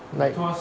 like